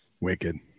Wicked